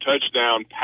touchdown